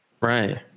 right